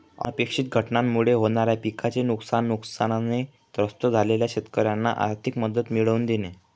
अनपेक्षित घटनांमुळे होणाऱ्या पिकाचे नुकसान, नुकसानाने त्रस्त झालेल्या शेतकऱ्यांना आर्थिक मदत मिळवून देणे